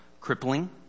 crippling